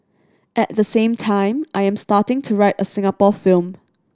at the same time I am starting to write a Singapore film